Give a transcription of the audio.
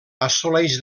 assoleix